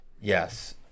Yes